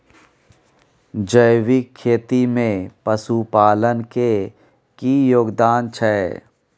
जैविक खेती में पशुपालन के की योगदान छै?